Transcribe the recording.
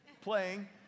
playing